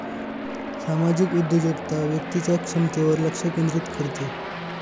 सामाजिक उद्योजकता व्यक्तीच्या क्षमतेवर लक्ष केंद्रित करते